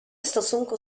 stosunku